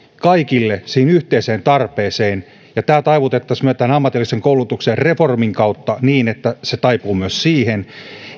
kaikille siihen yhteiseen tarpeeseen ja tämä taivutettaisiin tämän ammatillisen koulutuksen reformin kautta niin että se taipuu myös siihen